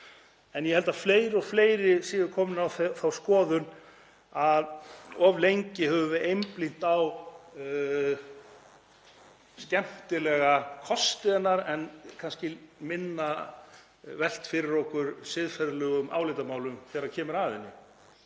En ég held að fleiri og fleiri séu komnir á þá skoðun að of lengi höfum við einblínt á skemmtilega kosti hennar en kannski minna velt fyrir okkur siðferðilegum álitamálum þegar kemur að henni.